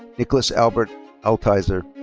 nicholas albert altizer.